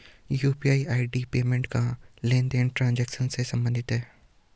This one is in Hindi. यू.पी.आई पेमेंट का लेनदेन ट्रांजेक्शन से सम्बंधित है